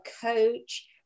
coach